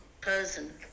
person